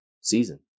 season